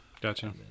Gotcha